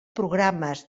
programes